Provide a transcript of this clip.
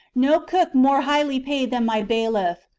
no cook more highly paid than my bailiff.